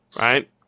right